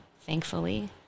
thankfully